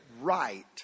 right